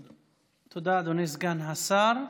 תודה, אדוני סגן השר.